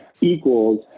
equals